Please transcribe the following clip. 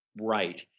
right